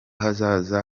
hazaza